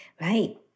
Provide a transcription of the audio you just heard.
Right